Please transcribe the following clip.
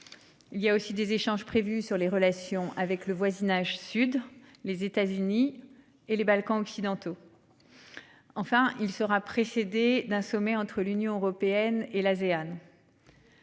Il y a aussi des échanges prévus sur les relations avec le voisinage sud. Les États-Unis et les Balkans occidentaux. Enfin, il sera précédé d'un sommet entre l'Union européenne et l'Asean.--